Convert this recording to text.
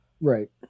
Right